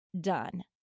done